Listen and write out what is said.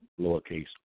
lowercase